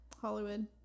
Hollywood